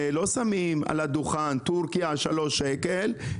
לא שמים על הדוכן טורקיה שלושה שקלים,